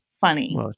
funny